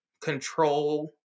control